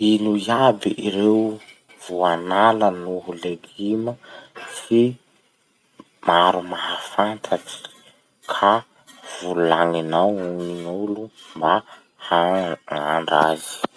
Ino iaby ireo voanala noho leguma tsy maro mahafantatsy ka volagninao amy gn'olo mba hagna- hagnandra azy?